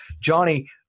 Johnny